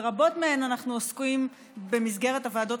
ברבות מהן אנחנו עוסקים במסגרת הוועדות